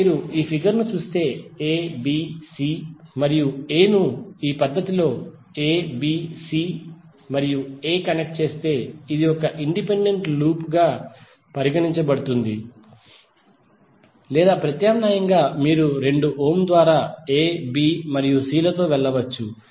ఇప్పుడు మీరు ఈ ఫిగర్ ను చూస్తే a b c మరియు a ను ఈ పద్ధతిలో a b c మరియు a కనెక్ట్ చేస్తే ఇది ఒక ఇండిపెండెంట్ లూప్ గా పరిగణించబడుతుంది లేదా ప్రత్యామ్నాయంగా మీరు రెండు ఓం ద్వారా a b మరియు c లతో వెళ్ళవచ్చు